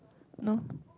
no